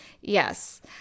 yes